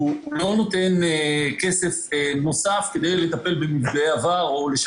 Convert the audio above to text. לא נותן כסף נוסף על מנת לטפל במפגעי עבר.